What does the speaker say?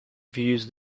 views